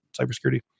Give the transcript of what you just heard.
cybersecurity